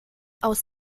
aus